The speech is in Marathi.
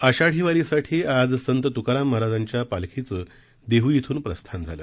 आषाढी वारीसाठी आज संत तुकाराम महाराजांच्या पालखीचं देहू इथून प्रस्थान झालं